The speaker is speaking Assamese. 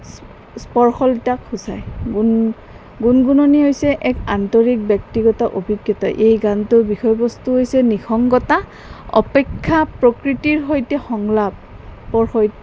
স্পৰ্শকাৰতাক সূচায় গুন গুনগুননি হৈছে এক আন্তৰিক ব্যক্তিগত অভিজ্ঞতা এই গানটোৰ বিষয়বস্তু হৈছে নিসংগতা অপেক্ষা প্ৰকৃতিৰ সৈতে সংলাপৰ সৈতে